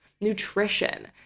nutrition